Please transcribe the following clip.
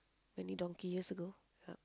many donkey years ago yup